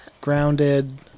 Grounded